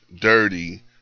dirty